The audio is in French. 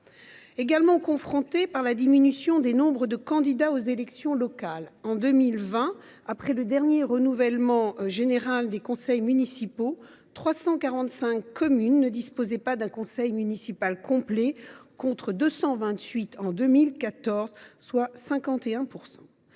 également par la diminution du nombre de candidats aux élections locales. En 2020, après le dernier renouvellement général des conseils municipaux, 345 communes ne disposaient pas d’un conseil municipal complet contre 228 en 2014, soit une